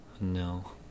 No